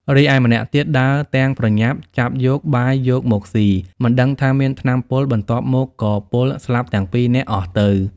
រីឯម្នាក់ទៀតដើរទាំងប្រញាប់ចាប់យក បាយយកមកស៊ីមិនដឹងថាមានថ្នាំពុលបន្ទាប់មកក៏ពុលស្លាប់ទាំងពីរនាក់អស់ទៅ។